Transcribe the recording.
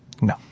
No